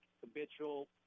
habitual